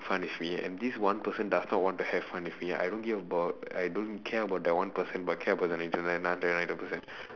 fun with me and this one person does not want to have fun with me I don't give about I don't care about that one person but I care about the nine hundred and ninety nine other person